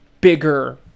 bigger